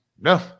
no